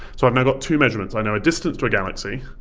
so i've now got two measurements, i know a distance to a galaxy,